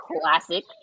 classic